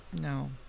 No